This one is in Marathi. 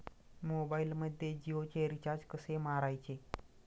मोबाइलमध्ये जियोचे रिचार्ज कसे मारायचे?